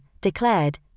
declared